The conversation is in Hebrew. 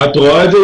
את רואה את זה?